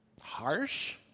Harsh